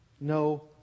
No